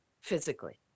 physically